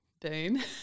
boom